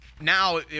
Now